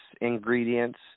ingredients